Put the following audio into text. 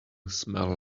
smell